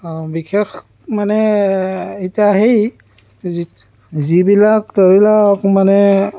বিশেষ মানে এতিয়া সেই যিটো যিবিলাক ধৰি লওক মানে